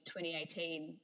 2018